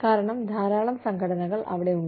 കാരണം ധാരാളം സംഘടനകൾ അവിടെയുണ്ട്